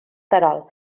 terol